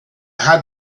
had